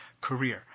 career